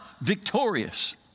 victorious